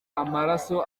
amaraso